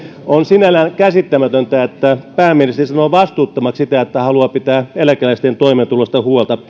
on sinällään käsittämätöntä että pääministeri sanoo vastuuttomaksi sitä että haluaa pitää pienituloisten eläkeläisten toimeentulosta huolta